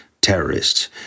terrorists